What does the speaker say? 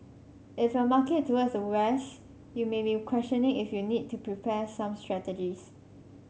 if your market towards the west you may be questioning if you need to prepare some strategies